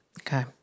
Okay